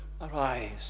arise